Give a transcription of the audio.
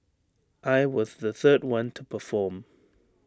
I was the third one to perform